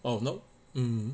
oh no mm